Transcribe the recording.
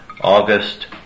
August